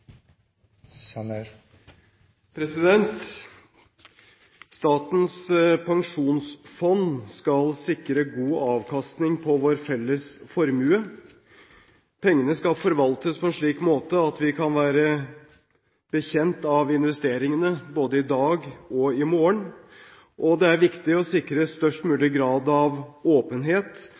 Statens pensjonsfond skal sikre god avkastning på vår felles formue. Pengene skal forvaltes på en slik måte at vi kan være bekjent av investeringene både i dag og i morgen. Det er også viktig å sikre størst mulig grad av åpenhet,